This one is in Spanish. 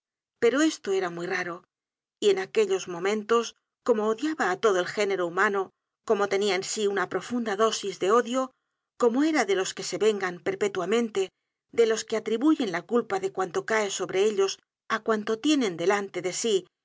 pero esto era muy raro y en aquellos momentos como odiaba á todo el género humano como tenia en sí una profunda dosis de odio como era de los que se vengan perpétuamente de los que atribuyen la culpa de cuanto cae sobre ellos á cuanto tienen delante de sí